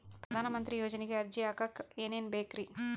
ಪ್ರಧಾನಮಂತ್ರಿ ಯೋಜನೆಗೆ ಅರ್ಜಿ ಹಾಕಕ್ ಏನೇನ್ ಬೇಕ್ರಿ?